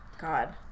God